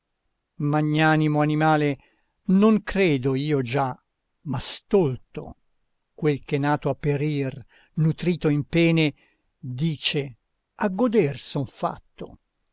uguale magnanimo animale non credo io già ma stolto quel che nato a perir nutrito in pene dice a goder son fatto